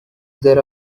there